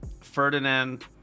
Ferdinand